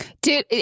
Dude